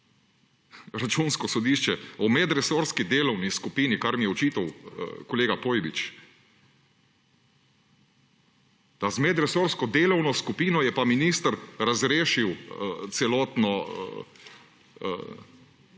Računsko sodišče? O medresorski delovni skupini, kar mi je očital kolega Pojbič. Da z medresorsko delovno skupino je pa ministre razrešil celotno nabavno